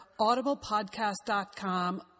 AudiblePodcast.com